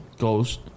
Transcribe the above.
ghost